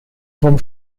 vom